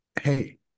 hey